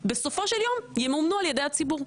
שבסופו של יום ימומנו על ידי הציבור.